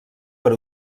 per